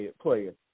player